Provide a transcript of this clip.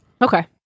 Okay